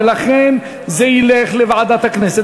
לכן זה ילך לוועדת הכנסת,